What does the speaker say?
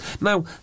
now